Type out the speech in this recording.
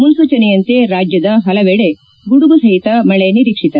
ಮುನ್ನೂಚನೆಯಂತೆ ರಾಜ್ಲದ ಪಲವೆಡೆ ಗುಡುಗು ಸಹಿತ ಮಳೆ ನಿರೀಕ್ಷಿತ